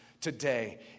today